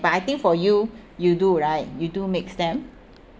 but I think for you you do right you do mix them